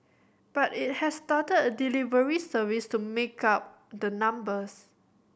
but it has started a delivery service to make up the numbers